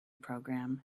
program